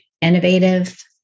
innovative